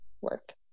work